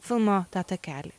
filmo tą takelį